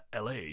LA